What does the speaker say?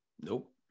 Nope